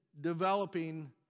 developing